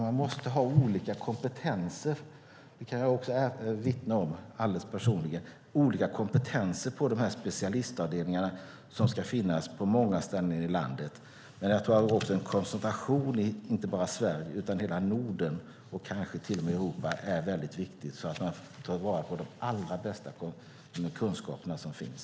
Man måste ha olika kompetenser på specialistavdelningarna - det kan jag personligen vittna om - och de ska finnas på många ställen i landet. En koncentration inte bara till Sverige utan till hela Norden och kanske till och med till Europa är viktig för att på så sätt kunna ta vara på de allra bästa kunskaper som finns.